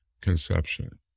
conception